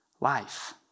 life